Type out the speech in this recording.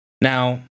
Now